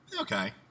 Okay